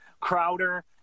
Crowder